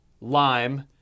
lime